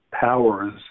powers